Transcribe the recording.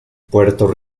puerto